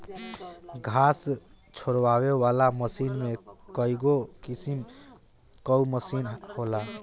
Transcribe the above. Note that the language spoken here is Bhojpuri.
घास झुरवावे वाला मशीन में कईगो किसिम कअ मशीन होला